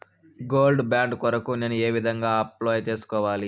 Gold bond కొరకు నేను ఏ విధంగా అప్లై సేసుకోవాలి?